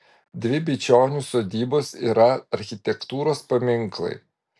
dvi bičionių sodybos yra architektūros paminklai